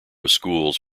schools